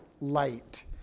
light